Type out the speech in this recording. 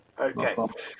Okay